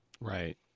Right